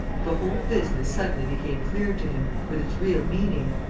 the whole business suddenly became clear to him, with its real meaning.